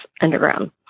underground